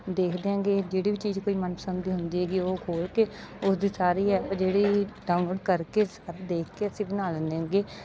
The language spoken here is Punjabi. ਦੇਖਦੇ ਹੈਗੇ ਜਿਹੜੀ ਵੀ ਚੀਜ਼ ਕੋਈ ਮਨਪਸੰਦ ਦੀ ਹੁੰਦੀ ਹੈਗੀ ਉਹ ਖੋਲ੍ਹ ਕੇ ਉਹਦੀ ਸਾਰੀ ਐਪ ਜਿਹੜੀ ਡਾਊਨਲੋਡ ਕਰਕੇ ਸ ਦੇਖ ਕੇ ਅਸੀਂ ਬਣਾ ਲੈਂਦੇ ਹੈਗੇ